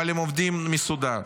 אבל הם עובדים מסודר.